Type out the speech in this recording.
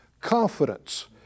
confidence